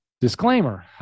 Disclaimer